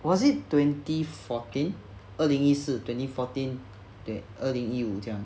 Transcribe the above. was it twenty fourteen 二零一四 twenty fourteen eh 二零一五这样